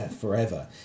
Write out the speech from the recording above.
forever